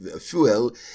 fuel